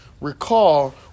recall